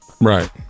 Right